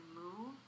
move